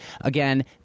Again